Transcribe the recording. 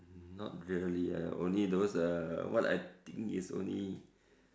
mm not really leh only those uh what I think is only